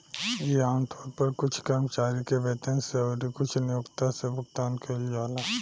इ आमतौर पर कुछ कर्मचारी के वेतन से अउरी कुछ नियोक्ता से भुगतान कइल जाला